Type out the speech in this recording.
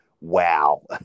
wow